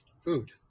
food